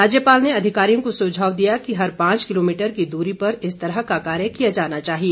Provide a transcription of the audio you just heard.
राज्यपाल ने अधिकारियों को सुझाव दिया कि हर पांच किलोमीटर की दूरी पर इस तरह का कार्य किया जाना चाहिए